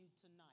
tonight